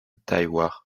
tailloirs